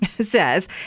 says